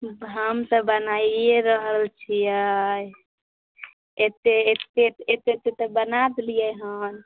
तऽ हम तऽ बनाइए रहल छियै एतेक एतेक एतेक एतेक तऽ बना देलियै हन